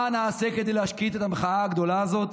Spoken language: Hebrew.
מה נעשה כדי להשקיע את המחאה הגדולה הזאת?